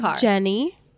Jenny